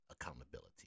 accountability